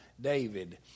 David